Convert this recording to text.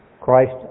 Christ